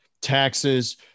taxes